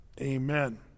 Amen